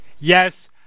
yes